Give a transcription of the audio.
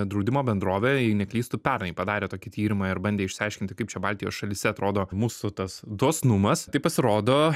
draudimo bendrovė jei neklystu pernai padarė tokį tyrimą ir bandė išsiaiškinti kaip čia baltijos šalyse atrodo mūsų tas dosnumas tai pasirodo